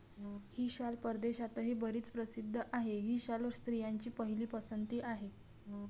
ही शाल परदेशातही बरीच प्रसिद्ध आहे, ही शाल स्त्रियांची पहिली पसंती आहे